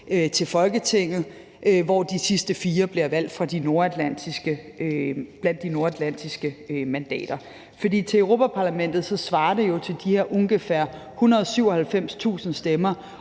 til Folketinget, hvoraf de sidste 4 bliver valgt blandt de nordatlantiske mandater. For til Europa-Parlamentet svarer det jo til de her ungefær 197.000 stemmer.